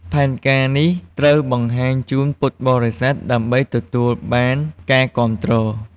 ផែនការនេះត្រូវបង្ហាញជូនពុទ្ធបរិស័ទដើម្បីទទួលបានការគាំទ្រ។